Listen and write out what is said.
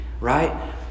right